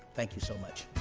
thank you so much.